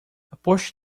aposto